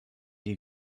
die